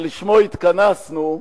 שלשמו התכנסנו,